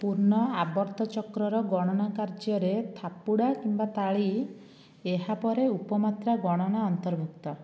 ପୂର୍ଣ୍ଣ ଆବର୍ତ୍ତ ଚକ୍ରର ଗଣନା କାର୍ଯ୍ୟରେ ଥାପୁଡ଼ା କିମ୍ବା ତାଳି ଏହା ପରେ ଉପମାତ୍ରା ଗଣନା ଅନ୍ତର୍ଭୂକ୍ତ